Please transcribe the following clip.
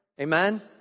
Amen